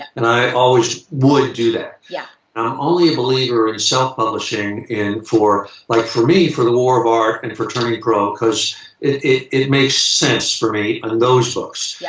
and i always would do that. yeah. and i'm only a believer in self publishing in. for. but like for me, for the war of art and for turning pro, because it makes sense for me on those books. yeah